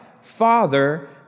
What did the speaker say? Father